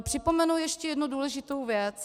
Připomenu ještě jednu důležitou věc.